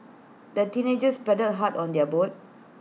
the teenagers paddled hard on their boat